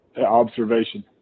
Observation